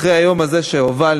אחרי היום הזה שהובלנו,